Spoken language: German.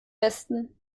besten